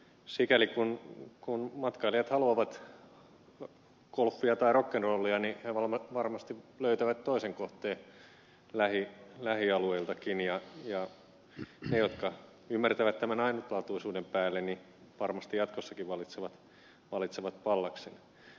sikäli kun matkailijat haluavat golfia tai rockn rollia he varmasti löytävät toisen kohteen lähialueiltakin ja ne jotka ymmärtävät tämän ainutlaatuisuuden päälle varmasti jatkossakin valitsevat pallaksen